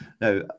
Now